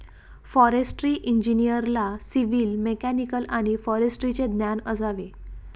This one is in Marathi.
फॉरेस्ट्री इंजिनिअरला सिव्हिल, मेकॅनिकल आणि फॉरेस्ट्रीचे ज्ञान असावे